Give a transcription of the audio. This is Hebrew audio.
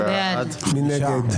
מי נגד?